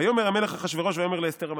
"ויאמר המלך אחשורוש ויאמר לאסתר המלכה"